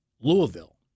Louisville